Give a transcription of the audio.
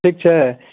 ठीक छै